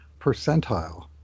percentile